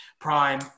Prime